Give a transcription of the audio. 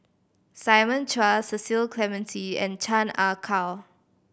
Simon Chua Cecil Clementi and Chan Ah Kow